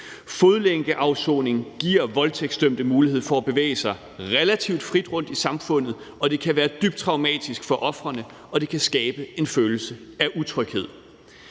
Fodlænkeafsoning giver voldtægtsdømte mulighed for at bevæge sig relativt frit rundt i samfundet, og det kan være dybt traumatisk for ofrene, og det kan skabe en følelse af utryghed.